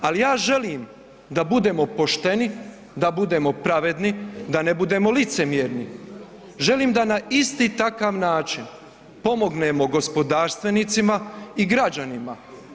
Ali ja želim da budemo pošteni, da budemo pravedni, da ne budemo licemjerni, želim da na isti takav način pomognemo gospodarstvenicima i građanima.